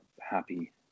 happy